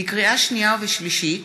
לקריאה שנייה ושלישית: